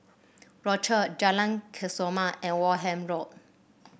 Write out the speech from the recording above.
Rochor Jalan Kesoma and Wareham Road